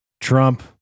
Trump